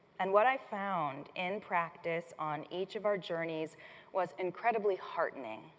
and what i found in practice on each of our journeys was incredibly heartening.